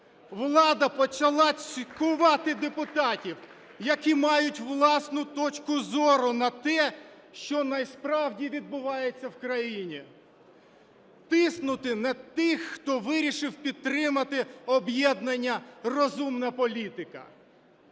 Влада почала цькувати депутатів, які мають власну точку зору на те, що насправді відбувається в країні, тиснути на тих, хто вирішив підтримати об'єднання "Розумна політика",